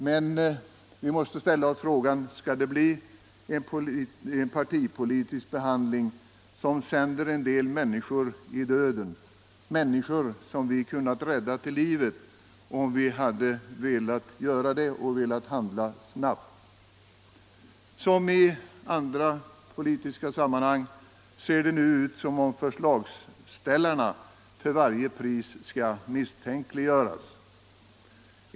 Men — den frågan måste man ställa sig - skall det bli en partipolitisk behandling som sänder en del människor i döden, människor som vi kunnat rädda till livet om vi hade velat göra det och velat handla snabbt? Som i andra politiska sammanhang ser det nu ut som om förslagsställarna till varje pris skall misstänkliggöras.